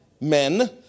men